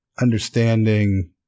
understanding